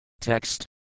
Text